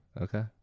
Okay